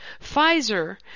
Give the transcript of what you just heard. Pfizer